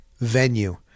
venue